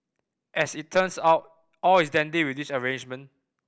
as it turns out all is dandy with this arrangement